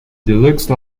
deluxe